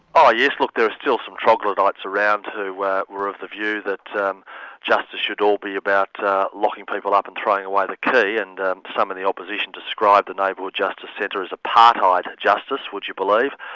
oh yes look, there are still some troglodytes around who were were of the view that um justice should all be about locking people up and throwing away the key, and some of the opposition described the neighbourhood justice centre as apartheid justice, would you believe,